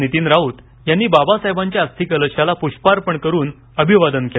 नितीन राऊत यांनी बाबासाहेबांच्या अस्थिकलशांना प्रष्पार्पण करत अभिवादन केले